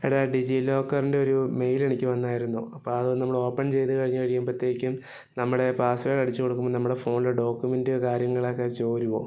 എടാ ഡിജി ലോക്കറിന്റെ ഒരു മെയിലെനിക്ക് വന്നായിരുന്നു അപ്പം അതൊന്ന് നമ്മള് ഓപ്പൺ ചെയ്ത് കഴിഞ്ഞ് കഴിയുമ്പത്തേക്കും നമ്മുടെ പാസ്വേഡ് അടിച്ച് കൊടുക്കുമ്പം നമ്മുടെ ഫോണിലെ ഡോക്യുമെൻറ്റോ കാര്യങ്ങളാക്കെ ചോരുവോ